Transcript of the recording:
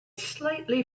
slightly